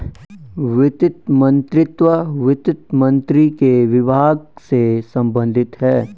वित्त मंत्रीत्व वित्त मंत्री के विभाग से संबंधित है